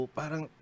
parang